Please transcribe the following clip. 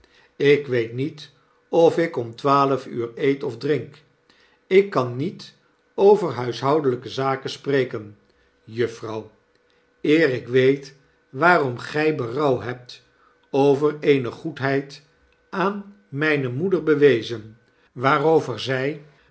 ik weet niet ofikom twaalf uur eet of drink ik kan niet over huishoudelyke zaken spreken juffrouw eer ik weet waarom gy berouw hebt over eene goedheid aan myne moeder bewezen waarover zij